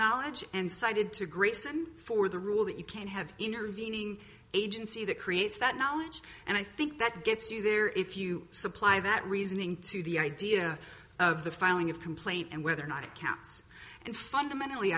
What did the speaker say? knowledge and cited to grayson for the rule that you can't have intervening agency that creates that knowledge and i think that gets you there if you supply that reasoning to the idea of the filing of complaint and whether or not it counts and fundamentally